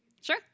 Sure